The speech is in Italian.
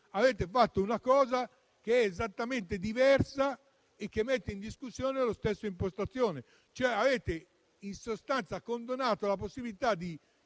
avete fatto una misura che è esattamente diversa e che mette in discussione la stessa impostazione. In sostanza, avete condonato la possibilità di